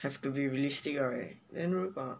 I have to be realistic right then 如果